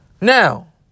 Now